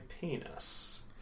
penis